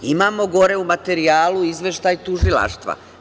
Imamo gore u materijalu izveštaj tužilaštva.